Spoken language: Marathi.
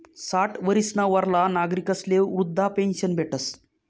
साठ वरीसना वरला नागरिकस्ले वृदधा पेन्शन भेटस